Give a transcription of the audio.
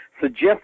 suggest